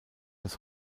das